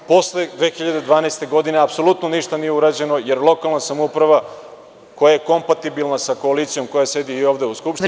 Posle 2012. godine apsolutno ništa nije urađeno jer lokalna samouprava koja je kompatibilna sa koalicijom koja sedi i ovde u Skupštini…